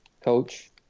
coach